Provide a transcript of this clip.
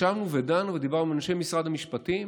ישבנו ודנו עם אנשי משרד המשפטים